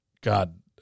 God